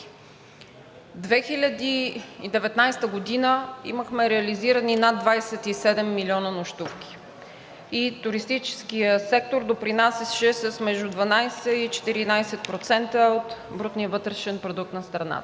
2019 г. имахме реализирани над 27 милиона нощувки и туристическият сектор допринасяше с между 12 – 14% от брутния вътрешен продукт на страната.